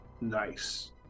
nice